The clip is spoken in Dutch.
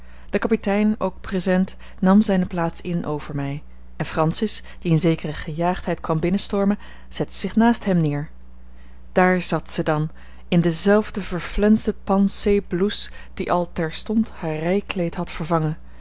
de kapitein ook present nam zijne plaats in over mij en francis die in zekere gejaagdheid kwam binnenstormen zette zich naast hem neer daar zat zij dan in dezelfde verflensde pensée blouse die al terstond haar rijkleed had vervangen